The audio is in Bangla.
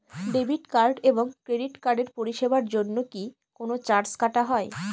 ডেবিট কার্ড এবং ক্রেডিট কার্ডের পরিষেবার জন্য কি কোন চার্জ কাটা হয়?